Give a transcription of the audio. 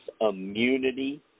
immunity